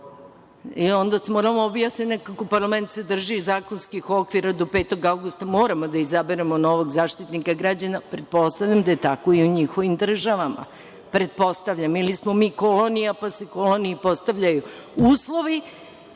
Onda sam morala da objasnim nekako, parlament se drži zakonskih okvira do 5. avgusta. Moramo da izaberemo novog Zaštitnika građana. Pretpostavljam da je tako i u njihovim državama. Pretpostavljam, ili smo mi kolonija, pa se koloniji postavljaju uslovi